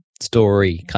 story